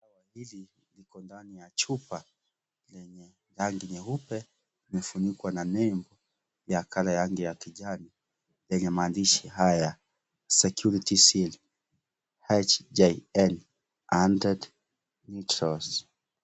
Dawa hizi ziko ndani ya chupa yenye rangi nyeupe, imefunikwa na nembo ya colour ya rangi ya kijani, yenye maandishi haya security seal HJN 100 natural .